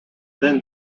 then